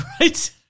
Right